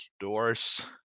doors